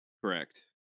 correct